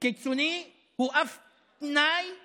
קיצוני זהו אף תנאי